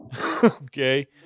Okay